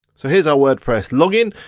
so here's our wordpress login,